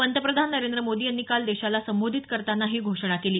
पंतप्रधान नरेंद्र मोदी यांनी काल देशाला संबोधित करताना ही घोषणा केली